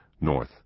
North